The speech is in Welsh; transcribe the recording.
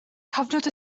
cyfnod